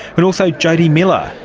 but also jodi miller,